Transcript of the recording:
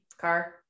car